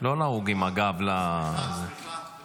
לא נהוג עם הגב --- סליחה, סליחה.